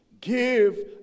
give